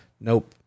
nope